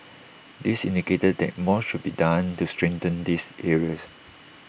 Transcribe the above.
this indicated that more should be done to strengthen these areas